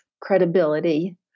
credibility